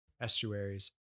estuaries